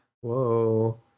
Whoa